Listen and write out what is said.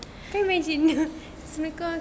can you imagine assalamualaikum